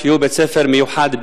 שהוא בית-ספר מיוחד במינו.